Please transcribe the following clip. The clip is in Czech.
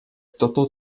toto